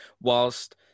whilst